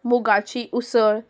मुगाची उसळ